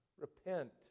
Repent